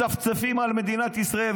מצפצפים על מדינת ישראל.